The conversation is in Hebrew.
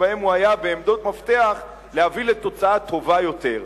שבהן הוא היה בעמדות מפתח בהבאת תוצאה טובה יותר.